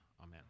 Amen